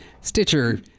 Stitcher